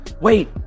Wait